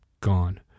gone